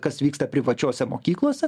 kas vyksta privačiose mokyklose